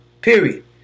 Period